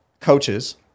coaches